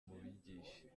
mubigishe